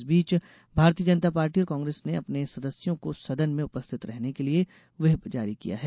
इस बीच भारतीय जनता पार्टी और कांग्रेस ने अपने सदस्यों को सदन में उपस्थित रहने के लिए व्हिप जारी किया है